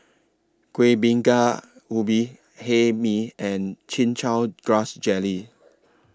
Kueh Bingka Ubi Hae Mee and Chin Chow Grass Jelly